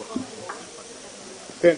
בוקר טוב.